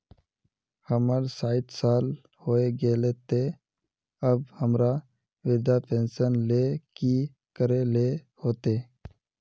हमर सायट साल होय गले ते अब हमरा वृद्धा पेंशन ले की करे ले होते?